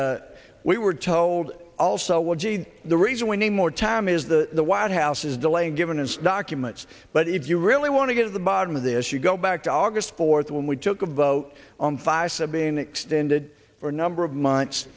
but we were told also well gee the reason we need more time is the white house is delaying given its documents but if you really want to get to the bottom of this you go back to august fourth when we took a vote on feisal being extended for a number of months